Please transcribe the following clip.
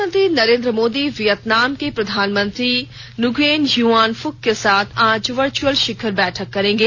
प्रधानमंत्री नरेन्द्र मोदी वियतनाम के प्रधानमंत्री न्ग्एन यूआन फ्क के साथ आज वर्चअल शिखर बैठक करेंगे